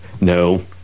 No